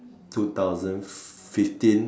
two thousand fifteen